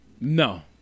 no